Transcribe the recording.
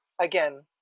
again